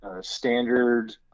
standard